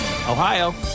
Ohio